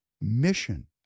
mission